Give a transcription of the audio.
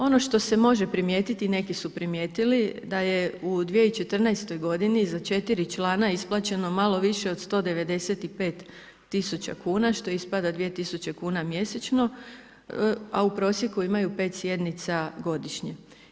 Ono što se može primijetiti i neki su primijetili da je u 2014. godini za 4 člana isplaćeno malo više od 195 tisuća kuna što ispada 2000 kuna mjesečno a u prosjeku imaju 5 sjednica godišnje.